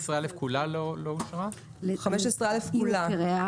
מי בעד?